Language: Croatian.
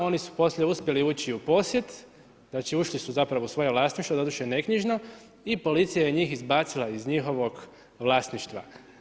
Oni su poslije uspjeli ući u posjed, znači ušli su zapravo u svoje vlasništvo, doduše neknjižno i policija je njih izbacila iz njihovog vlasništva.